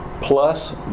plus